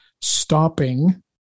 stopping